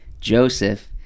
Joseph